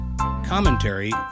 commentary